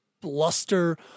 bluster